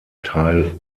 teil